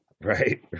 Right